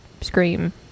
scream